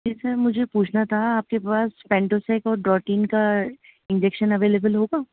جی sir مجھے پوچھنا تھا آپ کے پاس پینٹوسیک اور ڈروٹین کا انجیکشن اویلیبل ہوگا